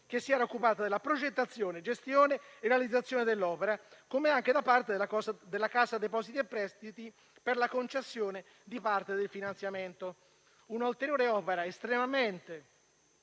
che si era occupata della progettazione, della gestione e della realizzazione dell'opera, come anche da parte della Cassa depositi e prestiti per la concessione di parte del finanziamento. Un'ulteriore opera estremamente